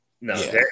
no